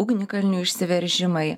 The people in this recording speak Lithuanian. ugnikalnių išsiveržimai